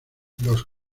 los